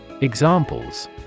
Examples